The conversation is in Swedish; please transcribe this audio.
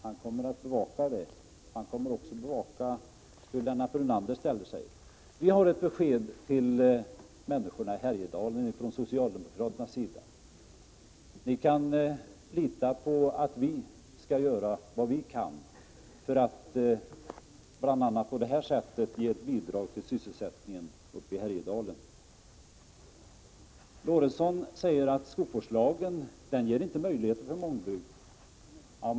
Han kommer att bevaka detta, och han kommer att bevaka hur Lennart Brunander ställer sig. Vi har ett besked till människorna i Härjedalen från socialdemokraternas sida: Ni kan lita på att vi skall göra vad vi kan för att bl.a. på det här sättet ge bidrag till sysselsättning uppe i Härjedalen. Sven Eric Lorentzon säger att skogsvårdslagen inte ger möjligheter till mångbruk.